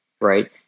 right